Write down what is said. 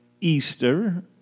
Easter